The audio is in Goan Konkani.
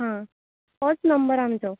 आं होच नंबर आमचो